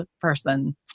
person